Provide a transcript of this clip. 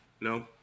No